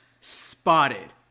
Spotted